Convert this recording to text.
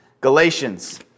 Galatians